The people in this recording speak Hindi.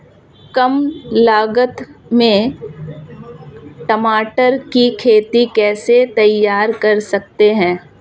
कम लागत में टमाटर की खेती कैसे तैयार कर सकते हैं?